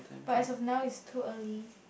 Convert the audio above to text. but as a for now is too early